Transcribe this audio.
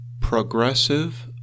progressive